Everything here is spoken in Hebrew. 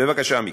בבקשה מכם.